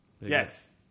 Yes